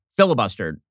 filibustered